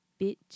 Bitch